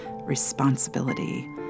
responsibility